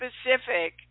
specific